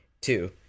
Two